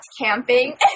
camping